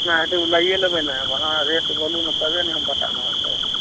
जतना हेतै ओ लैए लेबै ने हम अहाँ रेट बोलू ने तभिए ने हम बताएब अहाँकेँ